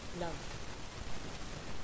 love